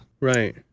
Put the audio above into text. right